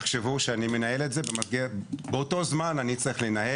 תחשבו על זה שאני צריך לנהל את זה תוך כדי זה שאני צריך לנהל